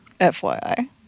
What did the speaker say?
FYI